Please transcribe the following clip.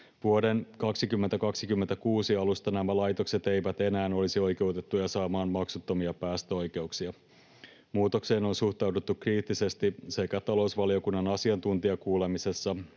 Vuoden 2026 alusta nämä laitokset eivät enää olisi oikeutettuja saamaan maksuttomia päästöoikeuksia. Muutokseen on suhtauduttu kriittisesti sekä talousvaliokunnan asiantuntijakuulemisessa